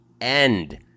end